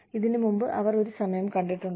ഇതിനുമുമ്പ് അവർ ഒരു സമയം കണ്ടിട്ടുണ്ട്